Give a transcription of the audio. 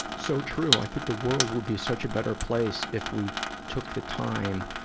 so true. i think the world would be such a better place if we took the time,